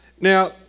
Now